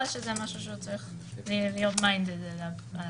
שזה משהו שהוא צריך להיות מיינדד אליו.